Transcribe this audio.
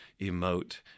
emote